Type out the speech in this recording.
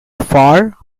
far